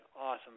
awesome